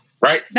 right